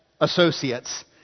associates